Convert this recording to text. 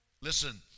Listen